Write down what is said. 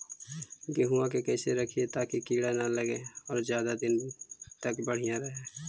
गेहुआ के कैसे रखिये ताकी कीड़ा न लगै और ज्यादा दिन तक बढ़िया रहै?